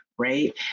Right